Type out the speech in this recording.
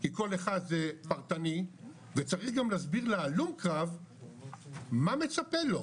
כי כל אחד סה פרטני וצריך גם להסביר להלום קרב מה מצפה לו,